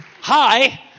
Hi